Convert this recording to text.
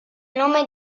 nome